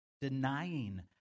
denying